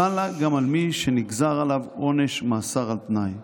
חלה גם על מי שנגזר עליו עונש מאסר על תנאי.